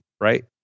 Right